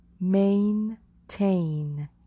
Maintain